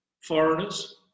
foreigners